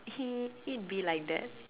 hee it be like that